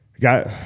got